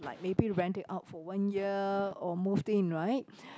but maybe rent it out for one year or moved in right